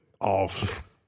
off